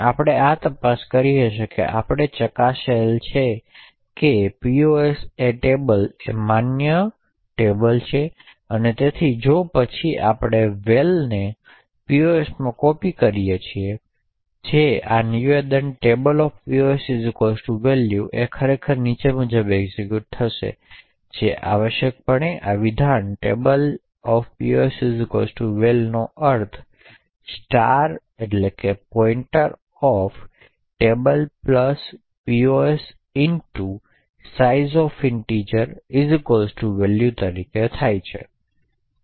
આપણે આ તપાસ કરીએ હશે અને આપણે ચકાસાયેલ છે કે કેમ તે POS આ ટેબલ માટે માન્ય અનુક્રમણિકા છે તેથી જો માત્ર પછી આપણે val ને POS માં કોપી કરીજેથી નોંધ એક વસ્તુ છે કે આ નિવેદન tablepos val ખરેખર નીચે મુજબ એક્ઝેક્યુટ થયેલ છે તેથી આવશ્યકપણે આ વિધાન tablepos val અર્થ table pos sizeof val તરીકે થાય છે